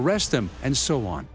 arrest them and so on